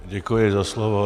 Děkuji za slovo.